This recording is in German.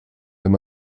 wenn